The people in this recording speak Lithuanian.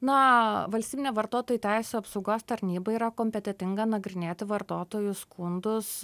na valstybinė vartotojų teisių apsaugos tarnyba yra kompetentinga nagrinėti vartotojų skundus